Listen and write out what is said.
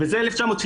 וזה על 1973,